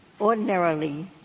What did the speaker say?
Ordinarily